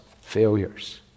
failures—